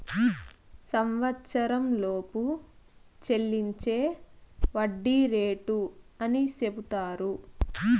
సంవచ్చరంలోపు చెల్లించే వడ్డీ రేటు అని సెపుతారు